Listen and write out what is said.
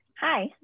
Hi